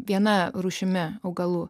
viena rūšimi augalų